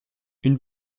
une